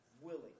willing